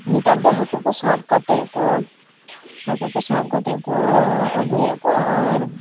ᱱᱮᱛᱟᱨ ᱫᱚ ᱦᱟᱹᱠᱩ ᱠᱚ ᱥᱟᱵ ᱠᱟᱛᱮᱜ ᱠᱚ ᱱᱮᱛᱟᱨ ᱫᱚ ᱦᱟᱹᱠᱩ ᱠᱚ ᱥᱟᱵ ᱠᱟᱛᱮᱜ ᱠᱚ ᱟᱹᱜᱩᱭᱮᱫ ᱠᱚᱣᱟ ᱟᱨ